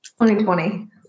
2020